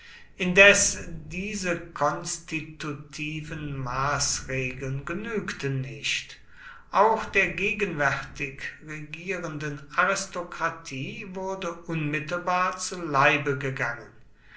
indes diese konstitutiven maßregeln genügten nicht auch der gegenwärtig regierenden aristokratie wurde unmittelbar zu leibe gegangen